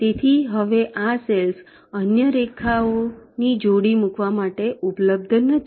તેથી હવે આ સેલ્સ અન્ય રેખાઓ ની જોડી મૂકવા માટે ઉપલબ્ધ નથી